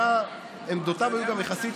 עמדותיו היו גם יחסית,